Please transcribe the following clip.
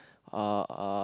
are are